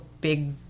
big